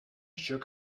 shook